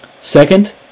second